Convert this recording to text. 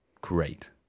great